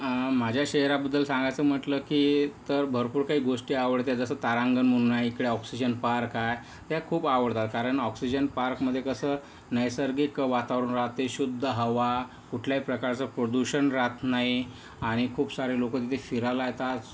माझ्या शहराबद्दल सांगायचं म्हटलं की तर भरपूर काही गोष्टी आवडतात जसं तारांगण म्हणून आहे इकडं ऑक्सिजन पार्क आहे या खूप आवडतात कारण ऑक्सिजन पार्कमध्ये कसं नैसर्गिक वातावरण राहते शुद्ध हवा कुठल्याही प्रकारचं प्रदूषण रहात नाही आणि खूप सारी लोक तिथं फिरायला येतात